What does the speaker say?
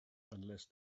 unless